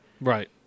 Right